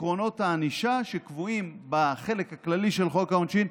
עקרונות הענישה שקבועים בחלק הכללי של חוק העונשין,